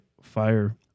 fire